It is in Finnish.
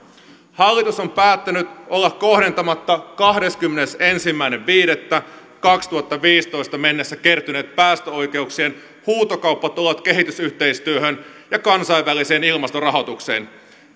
hallitus on päättänyt olla kohdentamatta kahdeskymmenesensimmäinen viidettä kaksituhattaviisitoista mennessä kertyneet päästöoikeuksien huutokauppatulot kehitysyhteistyöhön ja kansainväliseen ilmastorahoitukseen